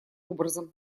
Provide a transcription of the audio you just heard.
образом